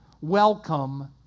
welcome